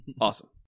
Awesome